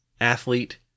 athlete